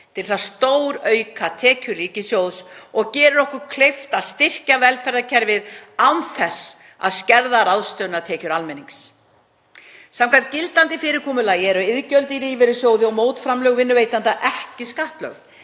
til að stórauka tekjur ríkissjóðs og gerir okkur kleift að styrkja velferðarkerfið án þess að skerða ráðstöfunartekjur almennings. Samkvæmt gildandi fyrirkomulagi eru iðgjöld í lífeyrissjóði og mótframlög vinnuveitenda ekki skattlögð.